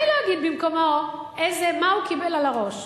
אני לא אגיד במקומו מה הוא קיבל על הראש,